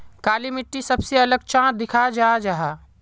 काली मिट्टी सबसे अलग चाँ दिखा जाहा जाहा?